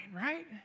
Right